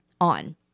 on